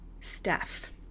staff